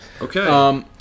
Okay